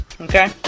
okay